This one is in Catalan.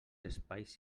espais